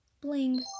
bling